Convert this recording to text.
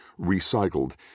recycled